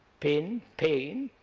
pin, pain,